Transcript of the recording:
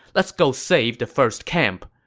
let's go save the first camp.